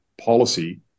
policy